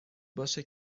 باشه